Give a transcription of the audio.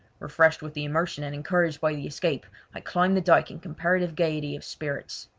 refreshed with the immersion and encouraged by the escape, i climbed the dyke in comparative gaiety of spirits.